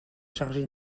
chargées